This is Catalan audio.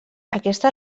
aquesta